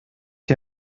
die